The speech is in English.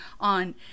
on